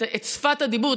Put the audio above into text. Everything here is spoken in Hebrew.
את שפת הדיבור,